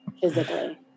physically